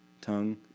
tongue